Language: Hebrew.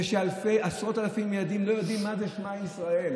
זה שעשרות ילדים לא יודעים מה זה שמע ישראל.